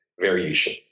variation